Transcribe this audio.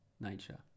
nature